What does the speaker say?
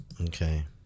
Okay